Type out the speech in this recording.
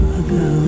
ago